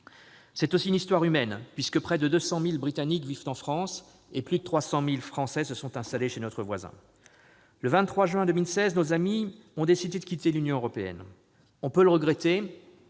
d'une histoire humaine : près de 200 000 Britanniques vivent en France, et plus de 300 000 Français se sont installés chez notre voisin. Le 23 juin 2016, nos amis britanniques ont décidé de quitter l'Union européenne. On peut le regretter,